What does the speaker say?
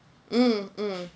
mm mm